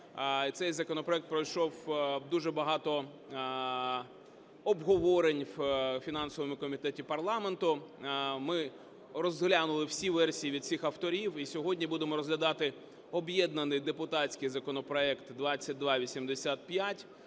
Цей законопроект пройшов дуже багато обговорень в фінансовому комітеті парламенту. Ми розглянули всі версії від всіх авторів і сьогодні будемо розглядати об'єднаний депутатський законопроект 2285,